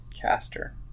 Caster